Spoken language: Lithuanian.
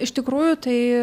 iš tikrųjų tai